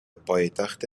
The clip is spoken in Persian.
پایتخت